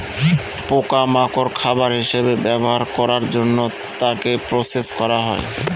পোকা মাকড় খাবার হিসেবে ব্যবহার করার জন্য তাকে প্রসেস করা হয়